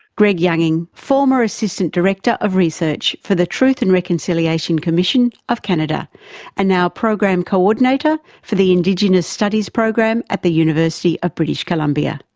greg younging, former assistant director of research for the truth and reconciliation commission of canada and now program co-ordinator for the indigenous studies program at the university of british columbia.